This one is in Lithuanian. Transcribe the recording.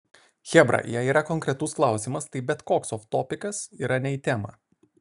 chebra jei yra konkretus klausimas tai bet koks oftopikas yra ne į temą